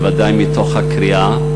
בוודאי מתוך הקריאה,